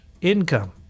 income